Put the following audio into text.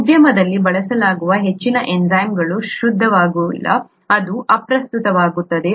ಉದ್ಯಮದಲ್ಲಿ ಬಳಸಲಾಗುವ ಹೆಚ್ಚಿನ ಎನ್ಝೈಮ್ಗಳು ಶುದ್ಧವಾಗಿಲ್ಲ ಅದು ಅಪ್ರಸ್ತುತವಾಗುತ್ತದೆ